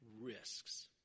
risks